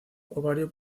ovario